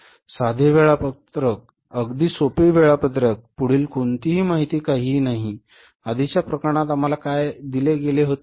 साधे वेळापत्रक अगदी सोपी वेळापत्रक पुढील कोणतीही माहिती काहीही नाही आधीच्या प्रकरणात आम्हाला काय दिले गेले होते